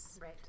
right